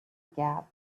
gap